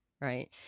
right